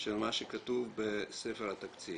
של מה שכתוב בספר התקציב.